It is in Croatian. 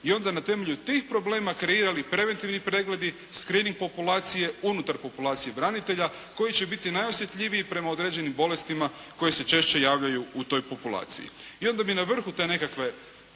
i onda na temelju tih problema kreirali preventivni pregledi, …/Govornik se ne razumije./… populacije unutar populacije branitelja koji će biti najosjetljiviji prema određenim bolestima koji se češće javljaju u toj populaciji. I onda bi na vrhu te nekakve